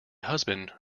husband